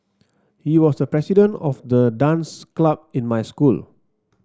he was the president of the dance club in my school